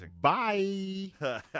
bye